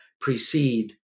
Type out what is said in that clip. precede